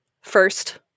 first